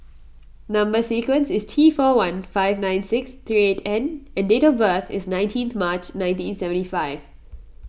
Number Sequence is T four one five nine six three eight N and date of birth is nineteenth March nineteen seventy five